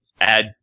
add